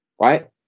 right